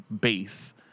base